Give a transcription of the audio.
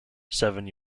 seven